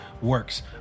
works